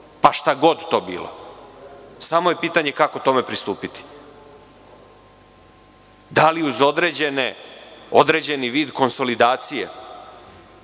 pa šta god to bilo. Samo je pitanje kako tome pristupiti. Da li uz određeni vid konsolidacije